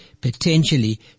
potentially